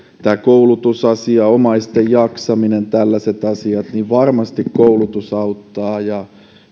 tämä koulutusasia omaisten jaksaminen tällaiset asiat varmasti koulutus auttaa ja